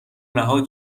رها